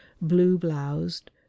Blue-bloused